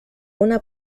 una